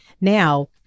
now